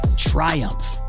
triumph